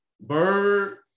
Bird